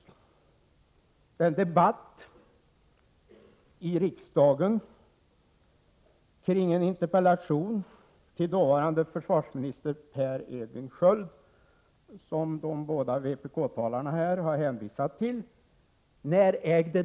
När ägde den debatt i riksdagen rum kring en interpellation till dåvarande försvarsministern Per Edvin Sköld, som de båda vpk-talarna här har hänvisat till?